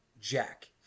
Jack